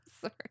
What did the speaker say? Sorry